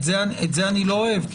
את זה אני לא אוהב,